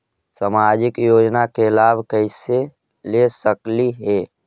सामाजिक योजना के लाभ कैसे ले सकली हे?